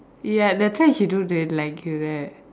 ya that's why he don't really like you right